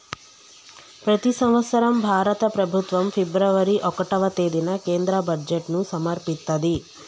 ప్రతి సంవత్సరం భారత ప్రభుత్వం ఫిబ్రవరి ఒకటవ తేదీన కేంద్ర బడ్జెట్ను సమర్పిత్తది